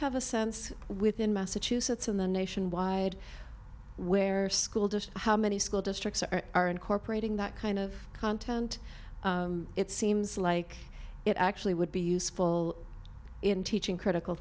have a sense within massachusetts in the nationwide where school just how many school districts are incorporating that kind of content it seems like it actually would be useful in teaching critical